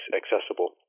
accessible